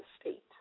state